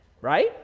right